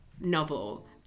novel